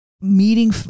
meeting